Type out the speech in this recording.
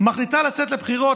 מחליטה לצאת לבחירות,